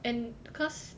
and because